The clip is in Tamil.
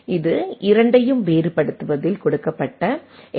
இந்த 2 ஐயும் வேறுபடுத்துவதில் கொடுக்கப்பட்ட எல்